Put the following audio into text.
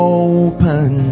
open